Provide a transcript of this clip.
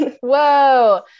whoa